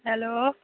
hello